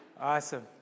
Awesome